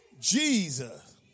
Jesus